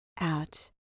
out